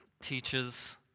teaches